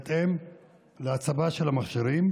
בהתאם להצבה של המכשירים.